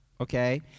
Okay